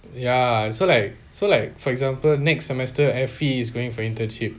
ya so like so like for example next semester is efi going for internship